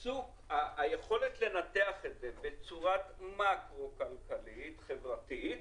היכולת לנתח את זה בצורת מקרו כלכלית חברתית,